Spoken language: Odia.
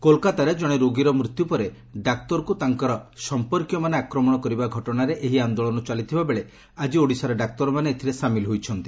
କୋଲକାତାରେ ଜଣେ ରୋଗୀର ମୃତ୍ୟୁ ପରେ ଡାକ୍ତରଙ୍କୁ ତାଙ୍କର ସଂପର୍କୀୟମାନେ ଆକ୍ରମଣ କରିବା ଘଟଣାରେ ଏହି ଆନ୍ଦୋଳନ ଚାଲିଥିବା ବେଳେ ଆକି ଓଡ଼ିଶାର ଡାକ୍ତରମାନେ ଏଥିରେ ସାମିଲ ହୋଇଛନ୍ତି